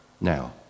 now